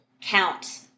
count